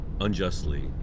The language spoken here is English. unjustly